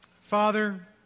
Father